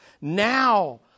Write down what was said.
Now